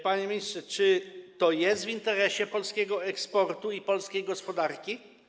Panie ministrze, czy to jest w interesie polskiego eksportu i polskiej gospodarki?